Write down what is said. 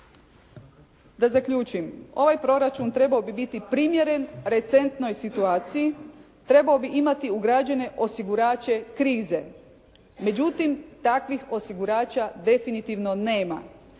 Da zaključim, ovaj proračun trebao bi biti primjeren recentnoj situaciji. Treba bi imati ugrađene osigurače krize. Međutim, takvih osigurača definitivno nema.